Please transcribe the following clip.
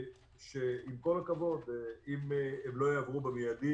עם כל הכבוד, שאם לא יעברו באופן מידי